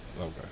Okay